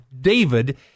David